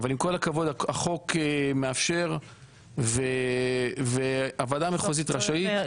אבל עם כל הכבוד החוק מאפשר והוועדה המחוזית רשאית.